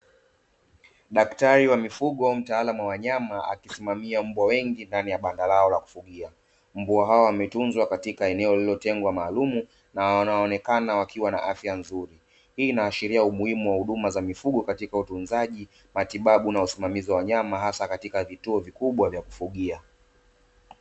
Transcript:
Daktari wa mifugo mtaalamu wa wanyama akisimamia mbwa wengi ndani ya banda lao la kufugia, mbwa hawa wametunza katika eneo lililotengwa maalumu na wanaonekana wakiwa na afya nzuri, hii inaashiria umuhimu katika huduma za mifugo katika utunzaji matibabu na usimamizi wa wanyama hasa katika vituo vikubwa vya kufugia.